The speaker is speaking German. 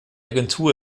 agentur